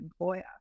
employer